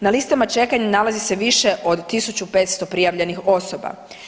Na listama čekanja nalazi se više od 1500 prijavljenih osoba.